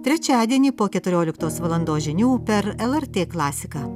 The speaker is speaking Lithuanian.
trečiadienį po keturioliktos valandos žinių per lrt klasiką